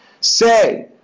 Say